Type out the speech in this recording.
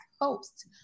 host